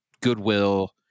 goodwill